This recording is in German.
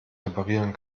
reparieren